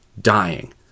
dying